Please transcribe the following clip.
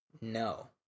No